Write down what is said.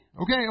okay